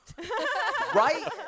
Right